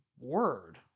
word